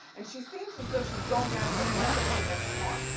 and she seems as though she's goin' at it aggressively and smart.